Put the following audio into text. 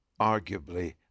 arguably